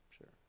Sure